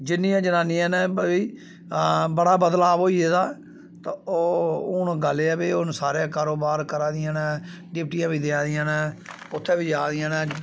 जिन्नियां जनानियां न भई बड़ा बदलाव होई गेदा ऐ ते ओह् हून गल्ल एह् ऐ कि भाई हून सारे कारोबार करा दियां न डिप्टियां बी देआ दी ना उत्थें बी जा दियां न